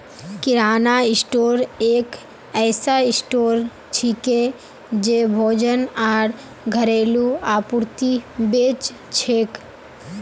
किराना store एक ऐसा store छिके जे भोजन आर घरेलू आपूर्ति बेच छेक